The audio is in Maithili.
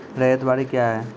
रैयत बाड़ी क्या हैं?